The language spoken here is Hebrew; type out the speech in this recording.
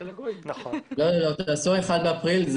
תעשו 1 באפריל.